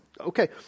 okay